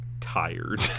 tired